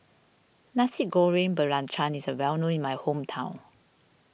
Nasi Goreng Belacan is well known in my hometown